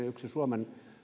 yksi suomen